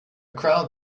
crowd